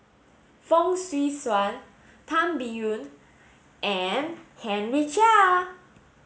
Fong Swee Suan Tan Biyun and Henry Chia